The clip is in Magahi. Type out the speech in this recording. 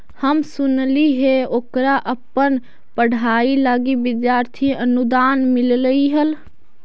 हम सुनलिइ हे ओकरा अपन पढ़ाई लागी विद्यार्थी अनुदान मिल्लई हल